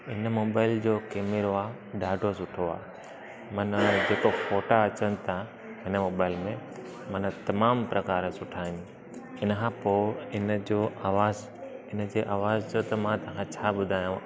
हिन मोबाइल जो केमरो आहे ॾाढो सुठो आहे मन जेको फोटा अचनि था हिन मोबाइल में मन तमामु प्रकार सुठा आहिनि हिनखां पोइ हिनजो आवाज़ु हिनजी आवाज़ जो त मां छा ॿुधायांव